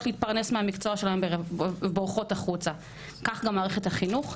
להתפרנס מהמקצוע שלהן ובורחות החוצה וכך גם מערכת החינוך,